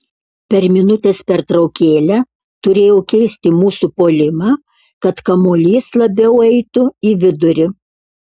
per minutės pertraukėlę turėjau keisti mūsų puolimą kad kamuolys labiau eitų į vidurį